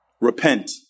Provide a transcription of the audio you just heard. Repent